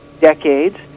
decades